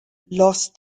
lost